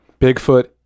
Bigfoot